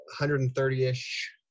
130-ish